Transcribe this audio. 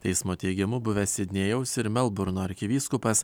teismo teigimu buvęs sidnėjaus ir melburno arkivyskupas